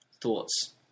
Thoughts